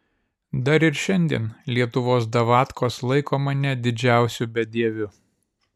dar ir šiandien lietuvos davatkos laiko mane didžiausiu bedieviu